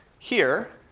here,